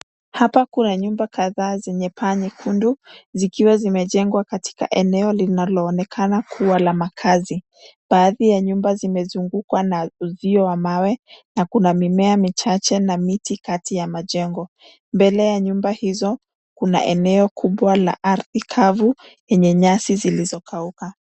Hapa kuna nyumba kadhaa zenye paa nyekundu, zikiwa zimejengwa katika eneo linaloonekana kuwa la makazi. Baadhi ya nyumba zimezungukwa na uzio wa mawe, na kuna mimea michache na miti kati ya majengo. Mbele ya nyumba hizo, kuna eneo kubwa la ardhi kavu yenye nyasi zilizokauka.